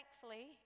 Thankfully